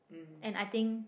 and I think